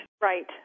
Right